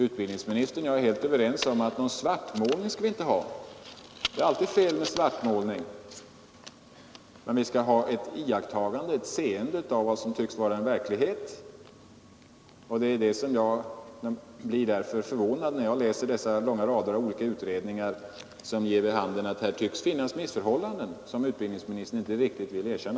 Utbildningsministern och jag är helt överens om att någon svartmålning skall vi inte ha — det är alltid fel med svartmålning — men att vi skall iaktta och se vad som tycks vara en verklighet. Jag blir därför förvånad när jag läser dessa långa rader av olika utredningar, som ger vid handen att det tycks finnas missförhållanden som utbildningsministern inte riktigt vill erkänna.